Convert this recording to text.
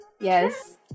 yes